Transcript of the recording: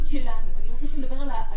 אני רוצה שנדבר על האחריות שלנו.